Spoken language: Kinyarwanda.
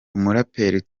umuraperi